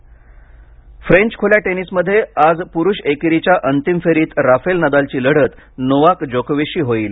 tennis French खुल्या टेनिसमध्ये आज पुरुष एकेरीच्या अंतिम फेरीत राफेल नदालची लढत नोवाक जोकोविचशी होईल